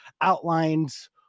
outlines